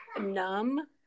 numb